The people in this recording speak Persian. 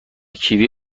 کیوی